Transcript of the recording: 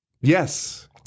Yes